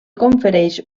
confereix